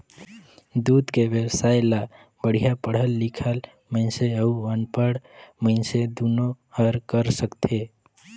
दूद के बेवसाय ल बड़िहा पड़हल लिखल मइनसे अउ अनपढ़ मइनसे दुनो हर कर सकथे